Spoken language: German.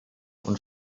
und